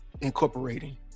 incorporating